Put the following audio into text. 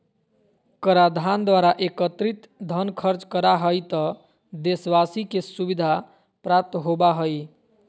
कराधान द्वारा एकत्रित धन खर्च करा हइ त देशवाशी के सुविधा प्राप्त होबा हइ